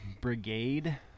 brigade